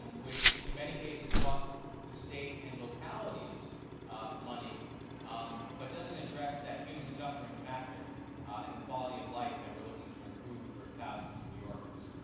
um which in many cases costs the state and localities money um but doesn't address that human suffering factor and the quality of life that we're looking to improve for thousands of new yorkers.